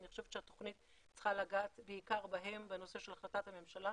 אני חושבת שהתוכנית צריכה לגעת בעיקר בהם בנושא של החלטת הממשלה,